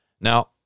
Now